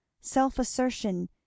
self-assertion